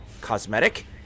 cosmetic